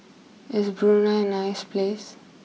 is Brunei a nice place